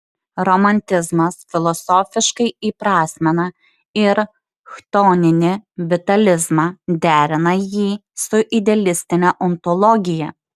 romantizmas filosofiškai įprasmina ir chtoninį vitalizmą derina jį su idealistine ontologija